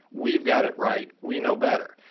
we've got it right, we know better.